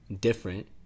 different